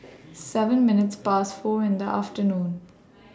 seven minutes Past four in The afternoon